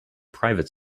private